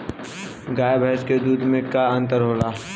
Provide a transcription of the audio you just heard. गाय भैंस के दूध में का अन्तर होला?